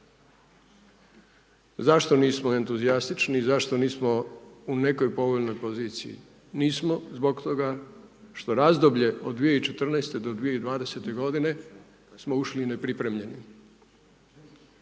Zašto nismo entuzijastični i zašto nismo u nekoj povoljnoj poziciji? Nismo zbog toga što u razdoblje od 2014. do 2020. godine smo ušli nepripremljeni.